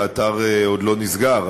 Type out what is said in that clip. האתר עוד לא נסגר,